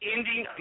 Ending